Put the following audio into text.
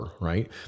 right